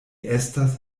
estas